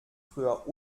früher